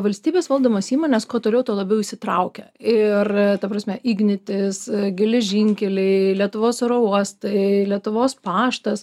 valstybės valdomos įmonės kuo toliau tuo labiau įsitraukia ir ta prasme ignitis geležinkeliai lietuvos oro uostai lietuvos paštas